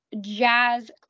Jazz